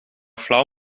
flauw